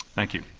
thank you.